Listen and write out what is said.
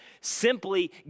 Simply